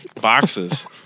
boxes